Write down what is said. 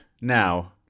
Now